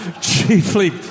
chiefly